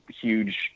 huge